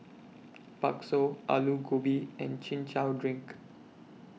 Bakso Aloo Gobi and Chin Chow Drink